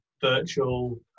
virtual